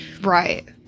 Right